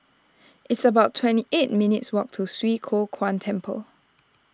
it's about twenty eight minutes' walk to Swee Kow Kuan Temple